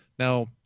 Now